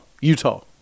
Utah